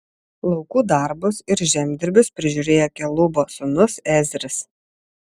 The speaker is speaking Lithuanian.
laukų darbus ir žemdirbius prižiūrėjo kelubo sūnus ezris